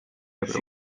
ebro